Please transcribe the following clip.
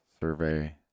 Survey